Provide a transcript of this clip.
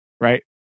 right